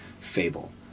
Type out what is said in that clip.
fable